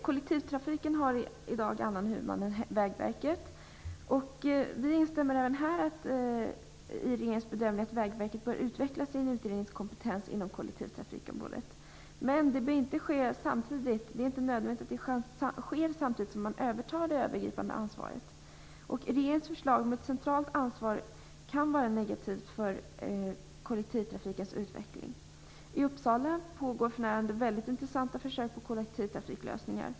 Kollektivtrafiken har i dag en annan huvudman än Vägverket. Vi instämmer även här i regeringens bedömning att Vägverket bör utveckla sin utredningskompetens inom kollektivtrafikområdet. Det är dock inte nödvändigt att det sker samtidigt som man övertar det övergripande ansvaret. Regeringens förslag om ett centralt ansvar kan vara negativt för kollektivtrafikens utveckling. I Uppsala pågår för närvarande väldigt intressanta försök beträffande kollektivtrafiklösningar.